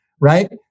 Right